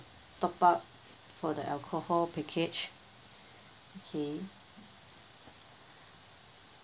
top up for the alcohol package okay